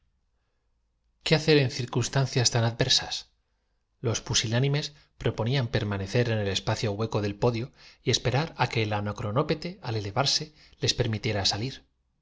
ué hacer en circunstancias tan adversas los sición el maire invitó al sabio á reposarse breves mo pusilánimes proponían permanecer en el es mentos en una elegante tienda de campaña levantada pacio hueco del podio y esperar á ad hoc cerca del anacronópete en el centro de la cual que el anacronópete al elevarse les permitiera salir